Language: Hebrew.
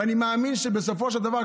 ואני מאמין שבסופו של דבר,